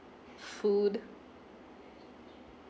food